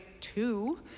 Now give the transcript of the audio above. two